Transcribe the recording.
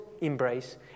embrace